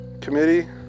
Committee